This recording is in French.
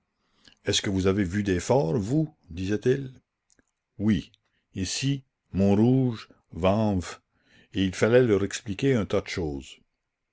est-ce que vous avez vu des forts vous disaient-ils oui issy montrouge vanves et il fallait leur expliquer un tas de choses